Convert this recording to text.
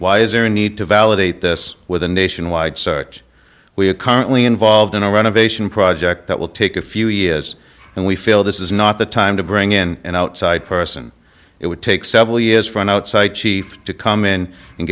there a need to validate this with a nationwide search we are currently involved in a renovation project that will take a few years and we feel this is not the time to bring in an outside person it would take several years for an outside chief to come in and